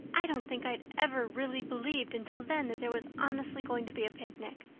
i don't think i'd ever really believed until then that there was honestly going to be a picnic.